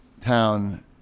town